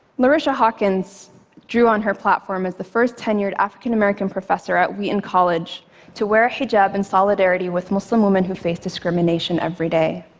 larycia hawkins drew on her platform as the first tenured african-american professor at wheaton college to wear a hijab in solidarity with muslim women who face discrimination every day.